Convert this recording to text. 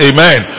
Amen